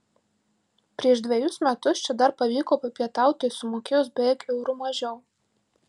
prieš dvejus metus čia dar pavyko papietauti sumokėjus beveik euru mažiau